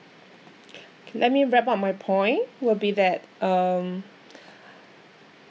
let me wrap up my point will be that um